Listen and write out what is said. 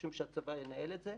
חושבים שהצבא ינהל את זה,